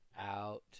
out